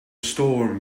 storm